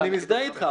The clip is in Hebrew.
אני מזדהה אתך.